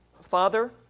Father